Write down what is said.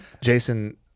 Jason